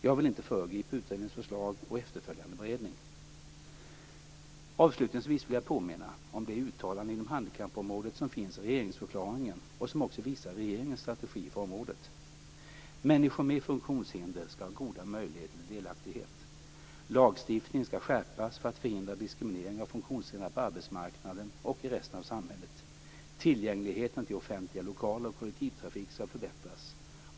Jag vill inte föregripa utredningens förslag och efterföljande beredning. Avslutningsvis vill jag påminna om de uttalanden inom handikappområdet som finns i regeringsförklaringen och som också visar regeringens strategi för området: Människor med funktionshinder skall ha goda möjligheter till delaktighet. Lagstiftningen skall skärpas för att förhindra diskriminering av funktionshindrade på arbetsmarknaden och i resten av samhället. Tillgängligheten till offentliga lokaler och kollektivtrafik skall förbättras.